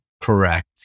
Correct